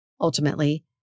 Ultimately